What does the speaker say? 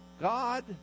God